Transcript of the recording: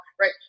right